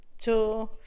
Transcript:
two